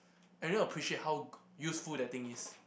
I never appreciate how useful that thing is